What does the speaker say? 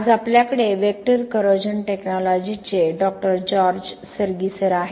आज आपल्याकडे vector corrosion टेक्नॉलॉजीजचे डॉक्टर जॉर्ज सर्गी आहेत